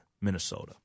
Minnesota